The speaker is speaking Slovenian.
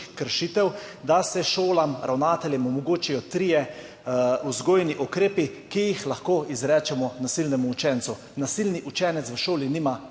kršitev, da se šolam, ravnateljem omogočijo trije vzgojni ukrepi, ki jih lahko izrečemo nasilnemu učencu. Nasilni učenec v šoli nima